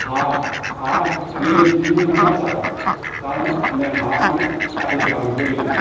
হাঁহ হাঁহ আমি ডিঙি নমছাৰো তাৰমানে আমি হাঁহ মানে কাটি দিওঁ আমি বলি দিওঁ